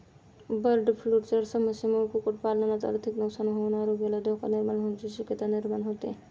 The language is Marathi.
बर्डफ्लूच्या समस्येमुळे कुक्कुटपालनात आर्थिक नुकसान होऊन आरोग्याला धोका निर्माण होण्याची शक्यता निर्माण होते